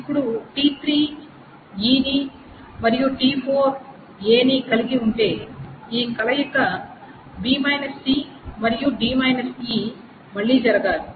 ఇప్పుడు t3 eని మరియు t4 aని కలిగి ఉంటే ఈ కలయిక b c మరియు d e మళ్ళీ జరగాలి